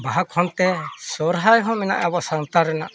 ᱵᱟᱦᱟ ᱠᱷᱚᱱ ᱛᱮ ᱥᱚᱨᱦᱟᱭ ᱦᱚᱸ ᱢᱮᱱᱟᱜᱼᱟ ᱟᱵᱚ ᱥᱟᱱᱛᱟᱲ ᱨᱮᱱᱟᱜ